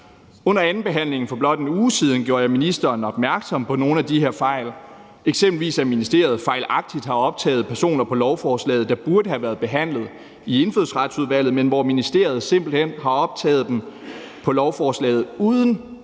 Under andenbehandlingen for blot 1 uge siden gjorde jeg ministeren opmærksom på nogle af de her fejl, eksempelvis at ministeriet fejlagtigt har optaget personer på lovforslaget, der burde have været behandlet i Indfødsretsudvalget, men hvor ministeriet simpelt hen har optaget dem på lovforslaget uden